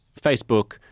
Facebook